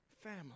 family